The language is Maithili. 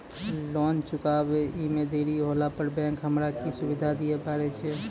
लोन चुकब इ मे देरी होला पर बैंक हमरा की सुविधा दिये पारे छै?